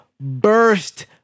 burst